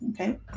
okay